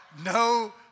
no